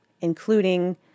including